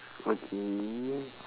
okay